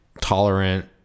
tolerant